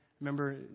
Remember